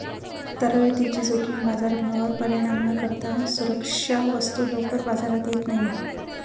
तरलतेची जोखीम बाजारभावावर परिणाम न करता सुरक्षा वस्तू लवकर बाजारात येत नाही